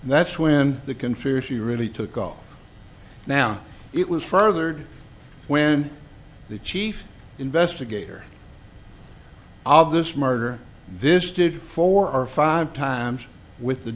and that's when the can fear she really took off now it was furthered when the chief investigator all this murder this did four or five times with the